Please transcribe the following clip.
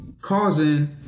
causing